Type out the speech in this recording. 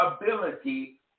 ability